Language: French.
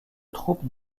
troupes